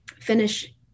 finish